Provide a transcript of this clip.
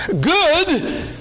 Good